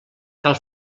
cal